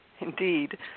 indeed